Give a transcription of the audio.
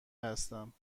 هستم